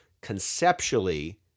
conceptually